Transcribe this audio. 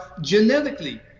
genetically